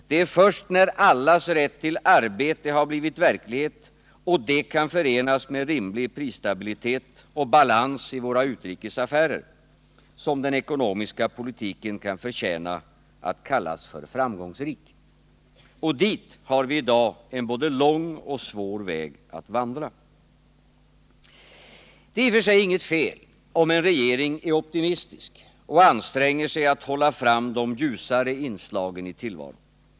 Det är först när allas rätt till arbete har blivit verklighet — och kan förenas med rimlig prisstabilitet och balans i våra utrikesaffärer — som den ekonomiska politiken kan förtjäna att kallas för framgångsrik. Och dit har vi i dag en både lång och svår väg att vandra. Det är i och för sig inget fel om en regering är optimistisk och anstränger sig att framhålla de ljusare inslagen i tillvaron.